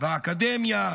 באקדמיה,